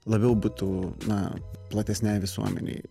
labiau būtų na platesnei visuomenei